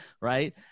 right